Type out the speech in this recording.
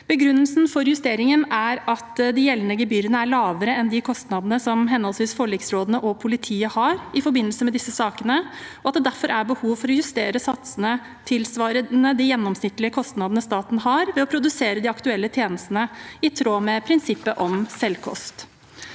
Begrunnelsen for justeringen er at de gjeldende gebyrene er lavere enn de kostnadene som henholdsvis forliksrådene og politiet har i forbindelse med disse sakene, og at det derfor er behov for å justere satsene tilsvarende de gjennomsnittlige kostnadene staten har ved å produsere de aktuelle tjenestene, i tråd med prinsippet om selvkost.